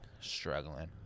struggling